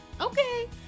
Okay